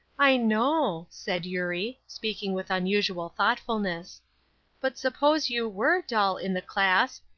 i know, said eurie, speaking with unusual thoughtfulness but suppose you were dull in the class,